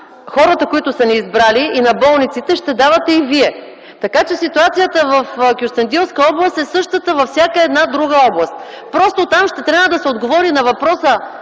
хората, които са ни избрали, и на болниците, ще давате и вие. Така че ситуацията в Кюстендилска област е същата, като във всяка една друга област. Просто там ще трябва да се отговори освен на въпроса